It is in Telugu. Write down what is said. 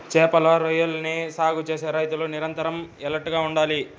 చేపలు, రొయ్యలని సాగు చేసే రైతులు నిరంతరం ఎలర్ట్ గా ఉండాలి